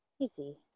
easy